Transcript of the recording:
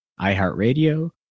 iHeartRadio